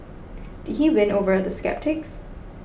did he win over the sceptics